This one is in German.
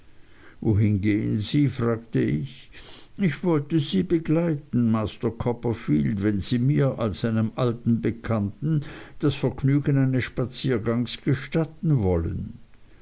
wohin gehen sie fragte ich ich wollte sie begleiten master copperfield wenn sie mir als einem alten bekannten das vergnügen eines spaziergangs gestatten wollen